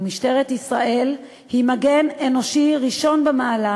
ומשטרת ישראל היא מגן אנושי ראשון במעלה